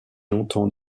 longtemps